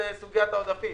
היא סוגיית העודפים,